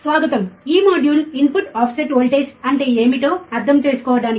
స్వాగతం ఈ module input offset voltage అంటే ఏమిటో అర్థం చేసుకోవడానికి